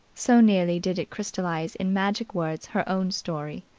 so nearly did it crystallize in magic words her own story.